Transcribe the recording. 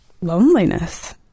loneliness